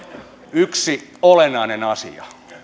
yksi olennainen asia